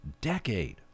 decade